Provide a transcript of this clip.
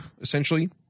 essentially